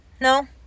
No